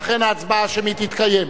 ואכן ההצבעה השמית תתקיים.